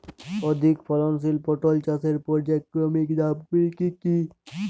অধিক ফলনশীল পটল চাষের পর্যায়ক্রমিক ধাপগুলি কি কি?